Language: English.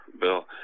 Bill